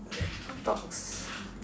a box